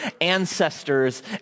ancestors